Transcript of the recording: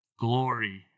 glory